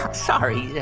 sorry,